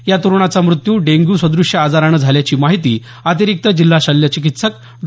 या तरुणाचा म़त्यू डेंग्यू सद्रश्य आजारामुळे झाल्याची माहिती अतिरिक्त जिल्हा शल्य चिकित्सक डॉ